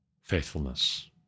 faithfulness